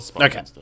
Okay